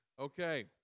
Okay